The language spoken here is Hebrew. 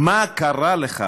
מה קרה לך